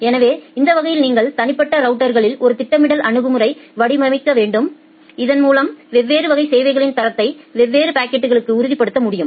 எனவே அந்த வகையில் நீங்கள் தனிப்பட்ட ரவுட்டர்களில் ஒரு திட்டமிடல் அணுகுமுறை வடிவமைக்க வேண்டும் இதன்மூலம் வெவ்வேறு வகை சேவைகளின் தரத்தை வெவ்வேறு பாக்கெட்களுக்கு உறுதிப்படுத்த முடியும்